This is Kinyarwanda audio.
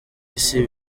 isi